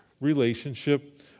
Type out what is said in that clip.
relationship